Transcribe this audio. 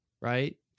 right